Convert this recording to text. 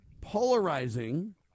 polarizing